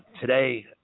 today